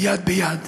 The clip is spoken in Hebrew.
יד ביד.